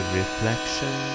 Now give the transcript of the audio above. reflection